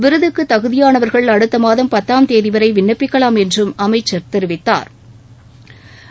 விருதுக்கு தகுதியானவா்கள் அடுத்த மாதம் பத்தாம் தேதி வரை விண்ணப்பிக்கவாம் என்றும் அமைச்ச் தெரிவித்தாா்